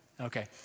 Okay